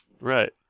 Right